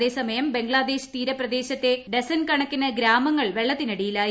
അതേസമയം ബംഗ്ലാദ്ടേശ്ട് തീരപ്രദേശത്തെ ഡസൻ കണക്കിന് ഗ്രാമങ്ങൾ വെള്ളത്തിന്റിട്ടിയിലാണ്